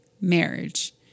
marriage